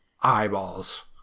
eyeballs